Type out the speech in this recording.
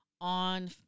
on